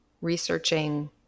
researching